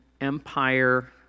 Empire